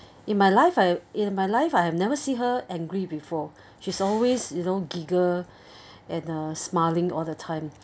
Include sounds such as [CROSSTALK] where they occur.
in my life I in my life I have never see her angry before [BREATH] she's always you know giggle [BREATH] and uh smiling all the time